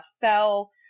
fell